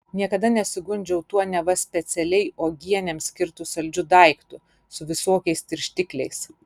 niekada nesigundžiau tuo neva specialiai uogienėms skirtu saldžiu daiktu su visokiais tirštikliais